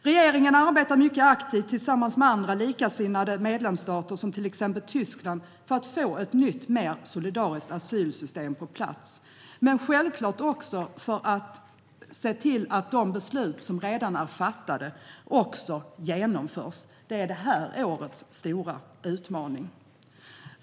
Regeringen arbetar mycket aktivt tillsammans med andra likasinnade medlemsstater, till exempel Tyskland, för att få ett nytt och mer solidariskt asylsystem på plats. Det gäller självklart också att se till att de beslut som redan är fattade genomförs. Det är det här årets stora utmaning.